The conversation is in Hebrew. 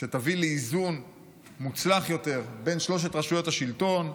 שתביא לאיזון מוצלח יותר בין שלוש רשויות השלטון.